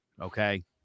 okay